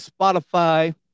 spotify